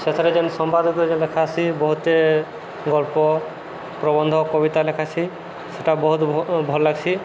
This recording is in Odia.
ସେଥିରେ ଯେନ୍ ସମ୍ବାଦକୁ ଯେନ୍ ଲେଖାହେସି ବହୁତଟେ ଗଳ୍ପ ପ୍ରବନ୍ଧ କବିତା ଲେଖାହେସି ସେଟା ବହୁତ ଭଲ୍ ଲାଗ୍ସି